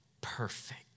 perfect